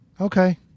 Okay